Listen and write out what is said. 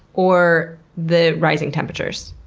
or the rising temperatures?